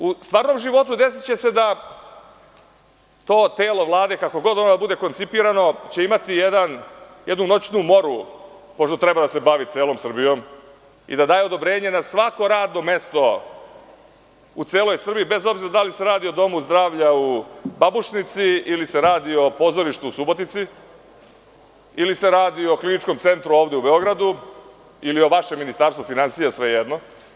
U stvarnom životu desiće se da to telo Vlade, kako god ono bude koncipirano, imaće jednu noćnu moru pošto treba da se bavi celom Srbijom i da daje odobrenje na svako radno mesto u celoj Srbiji, bez obzira da li se radi o domu zdravlja u Babušnici ili se radi o pozorištu u Subotici ili se radi o Kliničkom centru ovde u Beogradu ili o vašem Ministarstvu finansija, sve jedno.